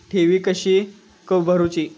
ठेवी कशी भरूची?